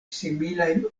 similajn